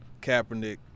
Kaepernick